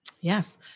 Yes